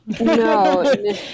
No